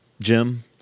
Jim